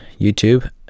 YouTube